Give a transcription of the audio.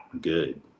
good